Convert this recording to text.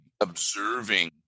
observing